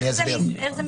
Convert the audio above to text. איך זה מסתדר?